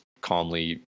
calmly